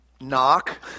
knock